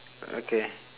okay